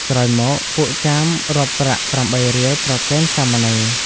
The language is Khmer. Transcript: ក្រោយមក ពួកចាមរាប់ប្រាក់ ៨ រៀលប្រគេនសាមណេរ។